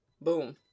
Boom